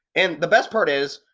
and the best part is,